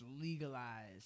legalized